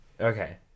Okay